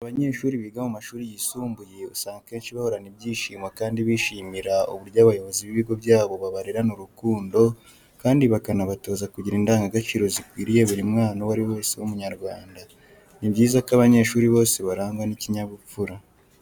Abanyeshuri biga mu mashuri yisumbuye usanga akenshi bahorana ibyishimo kandi bishimira uburyo abayobozi b'ibigo byabo babarerana urukundo kandi bakanabatoza kugira indagagaciro zikwiriye buri mwana uwo ari we wese w'Umunyarwanda. Ni byiza ko abanyeshuri bose barangwa n'ikinyabupfura.